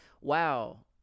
wow